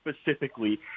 specifically